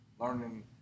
learning